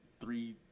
Three